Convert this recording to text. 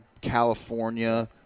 California